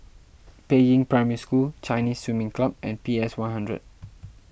Peiying Primary School Chinese Swimming Club and P S one hundred